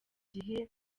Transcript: gihe